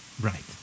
Right